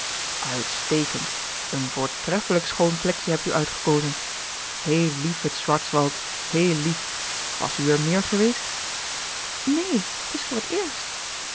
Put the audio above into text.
uitstekend een voortreffelijk schoon plekje hebt u uitgekozen heel lief het schwarzwald heel lief was u er meer geweest neen t is voor t eerst